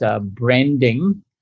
branding